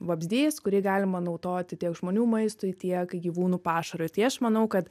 vabzdys kurį galima naudoti tiek žmonių maistui tiek gyvūnų pašarui tai aš manau kad